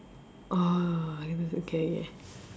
orh it was okay